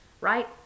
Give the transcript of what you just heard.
right